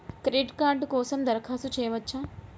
Credit card కోసం దరఖాస్తు చేయవచ్చా?